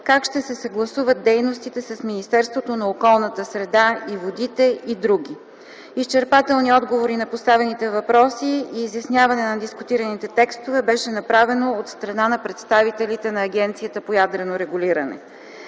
как ще се съгласуват дейностите с Министерството на околната среда и водите и др. Изчерпателни отговори на поставените въпроси и изясняване на дискутираните текстове беше направено от страна на представителите на Агенцията по ядрено регулиране.